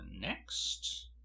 next